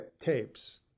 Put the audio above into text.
tapes